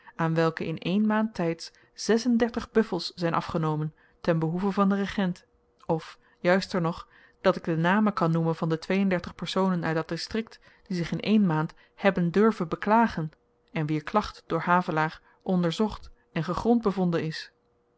aan welke in één maand tyds zes-en-dertig buffels zyn afgenomen ten behoeve van den regent of juister nog dat ik de namen kan noemen van de twee-en-dertig personen uit dat distrikt die zich in één maand hebben durven beklagen en wier klacht door havelaar onderzocht en gegrond bevonden is